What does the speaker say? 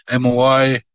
MOI